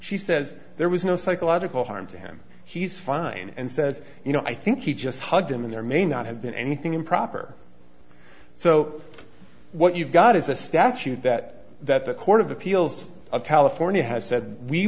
she says there was no psychological harm to him he's fine and says you know i think he just hugged him and there may not have been anything improper so what you've got is a statute that that the court of appeals of california has said we